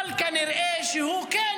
אבל כנראה שכן,